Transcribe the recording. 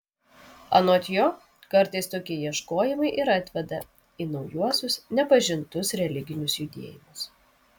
anot jo kartais tokie ieškojimai ir atveda į naujuosius nepažintus religinius judėjimus